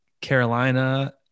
Carolina